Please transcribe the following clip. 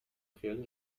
خیال